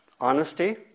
Honesty